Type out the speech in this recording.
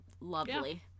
lovely